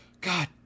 god